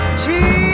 g